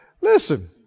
Listen